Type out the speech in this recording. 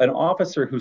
an officer who